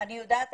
אני יודעת.